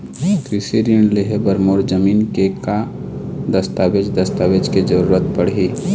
कृषि ऋण लेहे बर मोर जमीन के का दस्तावेज दस्तावेज के जरूरत पड़ही?